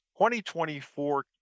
2024